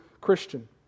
Christian